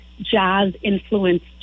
jazz-influenced